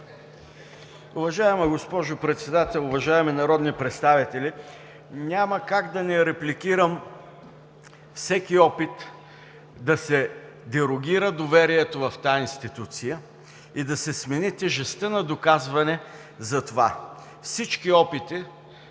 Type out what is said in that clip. Уважаема госпожо Председател, уважаеми народни представители! Няма как да не репликирам всеки опит да се дерогира доверието в тази институция и да се смени тежестта на доказване за това. Всички опити